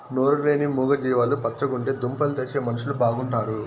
నోరు లేని మూగ జీవాలు పచ్చగుంటే దుంపలు తెచ్చే మనుషులు బాగుంటారు